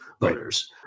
voters